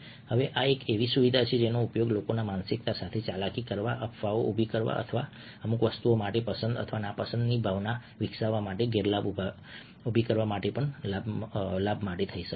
હવે આ એક એવી સુવિધા છે જેનો ઉપયોગ લોકોના માનસિકતા સાથે ચાલાકી કરવા અફવાઓ ઉભી કરવા અથવા અમુક વસ્તુઓ માટે પસંદ અથવા નાપસંદની ભાવના વિકસાવવા માટે ગેરલાભ ઉભી કરવા માટે લાભ માટે થઈ શકે છે